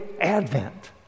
advent